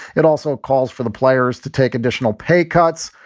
it also calls for the players to take additional pay cuts,